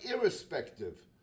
irrespective